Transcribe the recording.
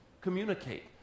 communicate